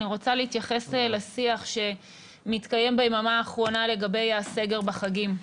אני רוצה להתייחס לשיח שמתקיים ביממה האחרונה לגבי הסגר בחגים.